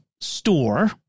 store